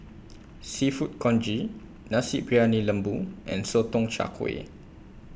Seafood Congee Nasi Briyani Lembu and Sotong Char Kway